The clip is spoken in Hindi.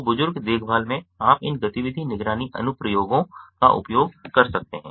तो बुजुर्ग देखभाल में आप इन गतिविधि निगरानी अनुप्रयोगों का उपयोग कर सकते हैं